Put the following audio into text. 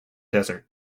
desert